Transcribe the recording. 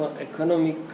economic